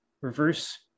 reverse